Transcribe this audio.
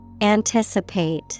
Anticipate